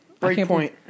Breakpoint